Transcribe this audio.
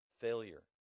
failure